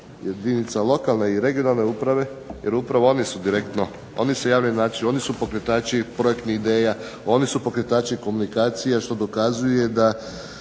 jedinica lokalne i regionalne uprave, jer upravo oni su direktno, oni se javljaju na natječaj, oni su pokretači projektnih ideja, oni su pokretači komunikacija što dokazuje da